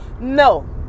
No